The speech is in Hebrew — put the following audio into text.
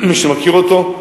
מי שמכיר אותו,